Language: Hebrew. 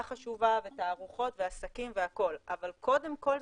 חשובה והתערוכות ועסקים והכל אבל קודם כל,